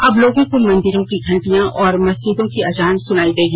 अब लोगों को मंदिरों की घंटियां और मस्जिदों की अजान सुनाई देगी